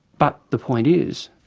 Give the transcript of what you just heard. but the point is,